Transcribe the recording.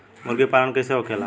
मुर्गी पालन कैसे होखेला?